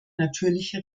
natürliche